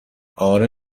آره